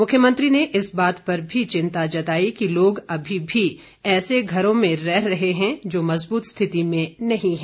मुख्यमंत्री ने इस बात पर भी चिंता जताई कि लोग अभी भी ऐसे घरों में रह रहे हैं जो मजबूत स्थिति में नही हैं